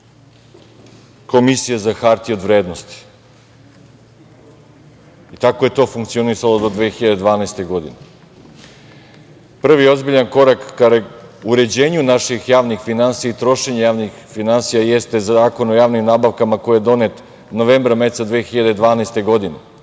Komisija za hartije od vrednosti. Tako je to funkcionisalo do 2012. godine. Prvi ozbiljni korak ka uređenju naših javnih finansija jeste Zakon o javnim nabavkama koji je donet novembra meseca 2012. godine.